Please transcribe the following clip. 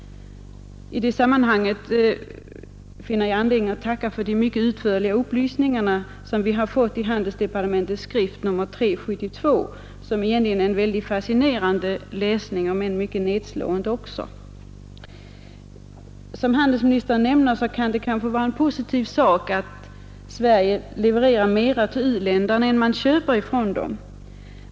I det sammanhanget «finner jag också anledning tacka för de utförliga upplysningarna i handelsdepartementets skrift nr 3/1972, som är en fascinerande — om än mycket nedslående — läsning. Som handelsministern säger kan det kanske vara en positiv sak att Sverige levererar mera till u-länderna än vi köper från dem.